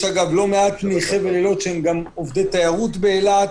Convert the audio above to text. יש אגב לא מעט מחבל אילות שהם גם עובדי תיירות באילת,